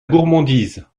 gourmandise